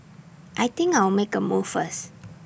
I think I'll make A move first